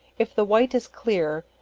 if the white is clear,